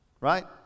right